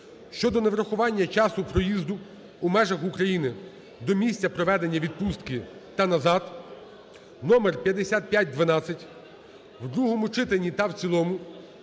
(щодо неврахування часу проїзду у межах України до місця проведення відпустки та назад) (№ 5512) в другому читанні та в цілому